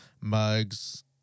mugs